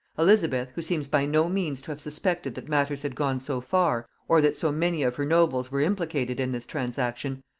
elizabeth, who seems by no means to have suspected that matters had gone so far, or that so many of her nobles were implicated in this transaction,